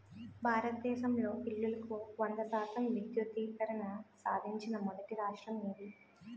భారతదేశంలో ఇల్లులకు వంద శాతం విద్యుద్దీకరణ సాధించిన మొదటి రాష్ట్రం ఏది?